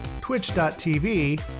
twitch.tv